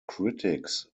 critics